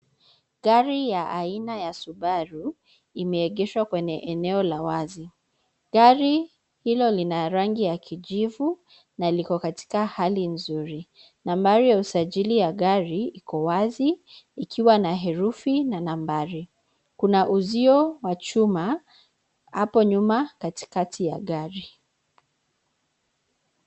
Gari ya aina ya Subaru imeegeshwa kwenye eneo la wazi. Gari hilo lina rangi ya kijivu na liko katika hali nzuri. Nambari ya usajili ya gari iko wazi ikiwa na herufi na nambari kuna uzio wa chuma hapo nyuma katikati ya gari.